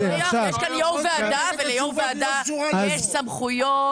יש כאן יו"ר ועדה וליו"ר ועדה יש סמכויות.